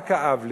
מה כאב לי?